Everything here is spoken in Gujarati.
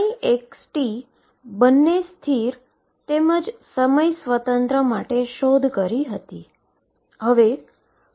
તેથી આ એક સમીકરણ છે જે તમે તેને બોક્સની સમસ્યામાં 1 ડાઈમેન્શનલ પાર્ટીકલ માટે હલ કર્યું છે